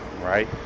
right